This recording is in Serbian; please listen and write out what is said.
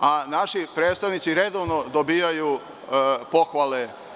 a naši predstavnici redovno dobijaju pohvale.